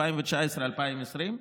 2020-2019?